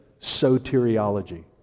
soteriology